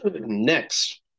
Next